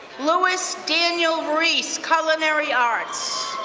luis daniel ruiz, culinary arts.